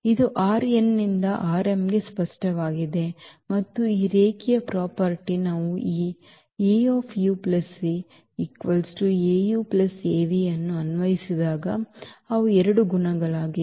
ಇದು ನಿಂದ ಗೆ ಸ್ಪಷ್ಟವಾಗಿದೆ ಮತ್ತು ಈ ರೇಖೀಯ ಪ್ರಾಪರ್ಟಿ ನಾವು ಈ ಅನ್ನು ಅನ್ವಯಿಸಿದಾಗ ಅವು ಎರಡು ಗುಣಗಳಾಗಿವೆ